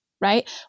right